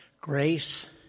grace